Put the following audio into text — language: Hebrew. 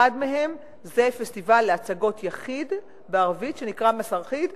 אחד מהם זה פסטיבל להצגות יחיד בערבית שנקרא "מסרחיד".